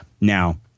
Now